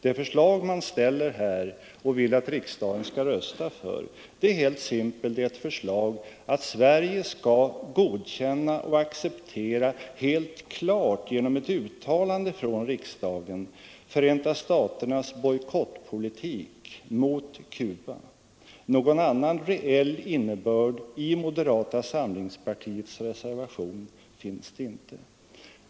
Det förslag man ställer här och vill att riksdagen skall rösta för är helt simpelt ett förslag att Sverige skall godkänna och klart acceptera, genom ett uttalande från riksdagen, Förenta staternas bojkottpolitik mot Cuba. Någon annan reell innebörd i moderata samlingspartiets reservation finns inte.